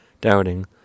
doubting